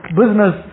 business